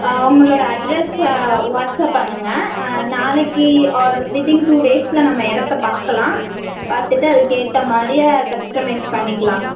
ஆ உங்களோடய address WhatsApp பண்ணுங்கள் ஆ நாளைக்கு ஆர் வித்தின் டூ டேஸ்ல நம்ம இடத்த பார்க்கலாம் பார்த்துட்டு அதுக்கேற்றமாரியே கஸ்டமைஸ் பண்ணிக்கலாம்